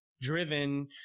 driven